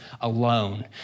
alone